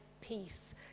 peace